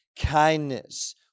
kindness